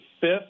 fifth